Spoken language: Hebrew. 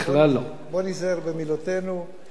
בואו ניזהר במילותינו.